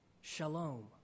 Shalom